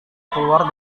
keluar